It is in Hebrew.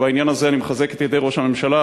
ובעניין הזה אני מחזק את ידי ראש הממשלה,